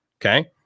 Okay